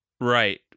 Right